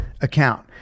account